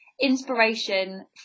inspiration